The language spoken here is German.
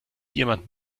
jemand